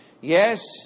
Yes